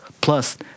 Plus